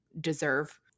Deserve